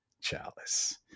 chalice